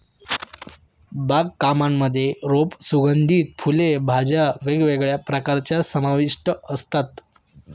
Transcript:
बाग कामांमध्ये रोप, सुगंधित फुले, भाज्या वेगवेगळ्या प्रकारच्या समाविष्ट असतात